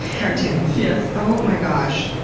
cartoons. yes. oh my gosh.